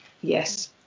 yes